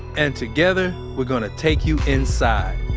and together, we're going to take you inside